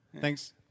Thanks